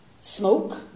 Smoke